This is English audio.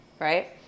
Right